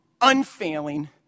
unfailing